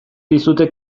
dizute